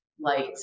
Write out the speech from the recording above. Light